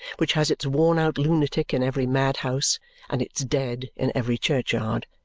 which has its worn-out lunatic in every madhouse and its dead in every churchyard,